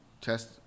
Test